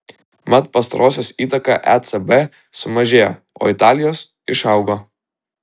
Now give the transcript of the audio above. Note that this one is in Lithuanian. mat pastarosios įtaka ecb sumažėjo o italijos išaugo